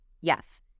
Yes